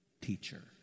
teacher